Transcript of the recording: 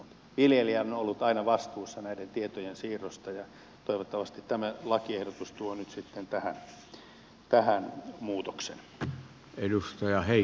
viljelijä on ollut aina vastuussa näiden tietojen siirrosta ja toivottavasti tämä lakiehdotus tuo nyt sitten tähän muutoksen